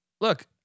look